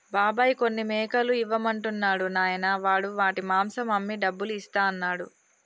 బాబాయ్ కొన్ని మేకలు ఇవ్వమంటున్నాడు నాయనా వాడు వాటి మాంసం అమ్మి డబ్బులు ఇస్తా అన్నాడు